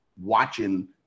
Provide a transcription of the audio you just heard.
watching